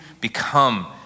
become